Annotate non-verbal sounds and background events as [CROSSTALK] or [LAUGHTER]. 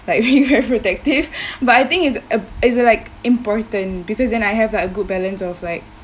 like being very protective [LAUGHS] but I think it's a is it like important because and I have a good balance of like